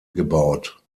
gebaut